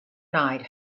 night